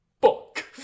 book